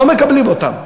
ולא מקבלים אותם.